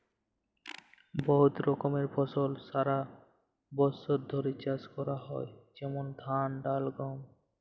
বহুত রকমের ফসল সারা বছর ধ্যরে চাষ ক্যরা হয় যেমল ধাল, ডাল, গম